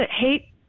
hate